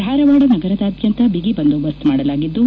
ಧಾರವಾಡ ನಗರದಾದ್ಯಂತ ಬಿಗಿ ಬಂದೋಬಸ್ತ್ ಮಾಡಲಾಗಿದ್ದು